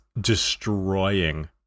destroying